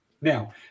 Now